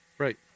Right